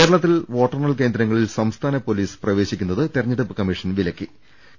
കേരളത്തിൽ വോട്ടെണ്ണൽ കേന്ദ്രങ്ങളിൽ സംസ്ഥാന പൊലീസ് സേന പ്രവേശിക്കുന്നത് തെരഞ്ഞെടുപ്പ് കമ്മീഷൻ വിലക്കിയിട്ടു ണ്ട്